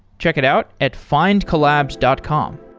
check it out at findcollabs dot com